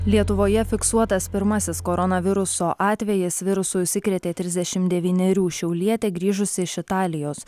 lietuvoje fiksuotas pirmasis koronaviruso atvejis virusu užsikrėtė trisdešimt devynerių šiaulietė grįžusi iš italijos